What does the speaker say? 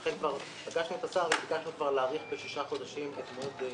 לכן כבר פגשנו את השר וביקשנו להאריך בשישה חודשים את המועד.